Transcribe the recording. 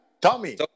Tommy